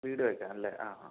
വീട് വയ്ക്കാനല്ലേ ആ